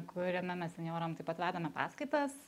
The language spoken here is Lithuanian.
kuriame mes senjoram taip pat vedame paskaitas